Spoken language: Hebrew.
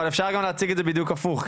אבל אפשר גם להציג את זה בדיוק הפוך,